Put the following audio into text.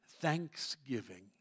thanksgiving